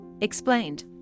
explained